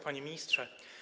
Panie Ministrze!